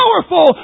powerful